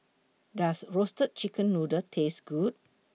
Does Roasted Chicken Noodle Taste Good